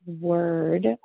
word